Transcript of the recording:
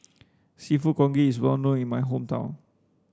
seafood congee is well known in my hometown